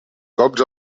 cops